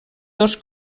dos